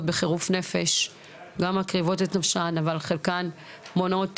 בחירוף נפש גם מקריבות את נפשן אבל חלקן מונעות